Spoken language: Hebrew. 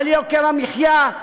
על יוקר המחיה,